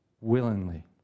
willingly